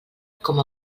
com